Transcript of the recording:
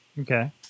Okay